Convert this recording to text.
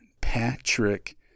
Patrick